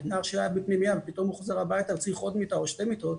נער שהיה בפנימייה ופתאום הוא חוזר הביתה וצריך עוד מיטה או שתי מיטות.